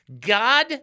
God